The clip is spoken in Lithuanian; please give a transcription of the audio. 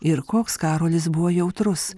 ir koks karolis buvo jautrus